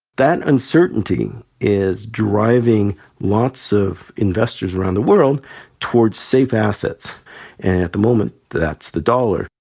that uncertainty is driving lots of investors around the world towards safe assets and at the moment, that's the dollar,